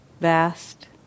vast